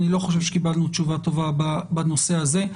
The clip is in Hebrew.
אני לא חושב שקיבלנו תשובה טובה בנושא הזה.